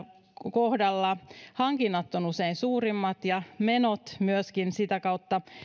kohdalla hankinnat ovat usein suurimmat ja myöskin menot sitä kautta